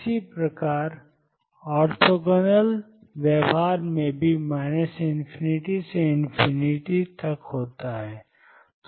इसी प्रकार ओर्थोगोनल व्यवहार में भी ∞ से से होता है